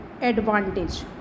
advantage